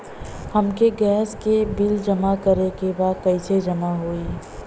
हमके गैस के बिल जमा करे के बा कैसे जमा होई?